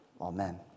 Amen